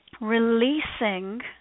releasing